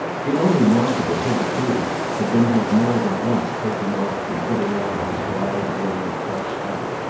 the only mark of it hitherto had been his more than once taking off and putting on his wide-brimmed crush hat.